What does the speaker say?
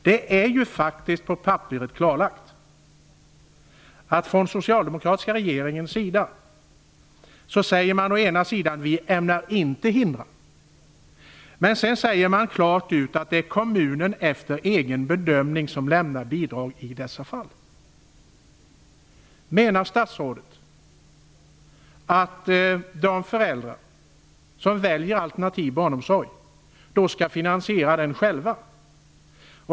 Det är faktiskt på papperet klarlagt att man från den socialdemokratiska regeringens sida säger: Vi ämnar inte hindra. Men sedan säger man klart ut att det är kommunen efter egen bedömning som lämnar bidrag i dessa fall. Menar statsrådet att de föräldrar som väljer alternativ barnomsorg skall finansiera den själva?